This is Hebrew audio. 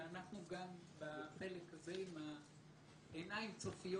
אלא אנחנו גם בחלק הזה עם עיניים צופיות